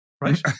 right